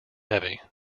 heavy